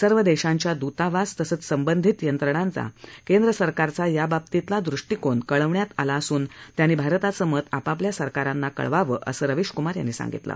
सर्व देशांच्या दूतावास तसंच संबंधित यंत्राणाचा केंद्र सरकारचा या बाबतीला दृष्टीकोन कळवण्यात आला असून त्यांनी भारताचं मत आपआपल्या सरकाराना कळवावं असं रविश क्मार यांनी सांगितलं